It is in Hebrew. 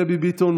דבי ביטון,